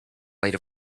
light